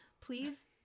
please